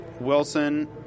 Wilson